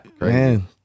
man